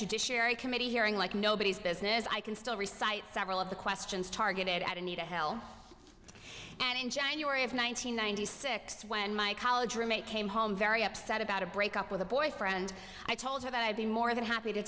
judiciary committee hearing like nobody's business i can still recites several of the questions targeted at anita hill and in january of one nine hundred ninety six when my college roommate came home very upset about a breakup with a boyfriend i told her that i'd be more than happy to